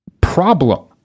problem